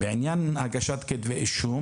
בעניין הגשת כתבי אישום